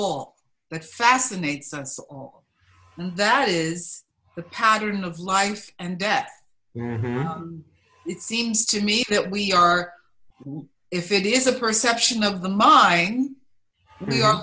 all that fascinates us all that is the pattern of life and death it seems to me that we are if it is a perception of the mind we are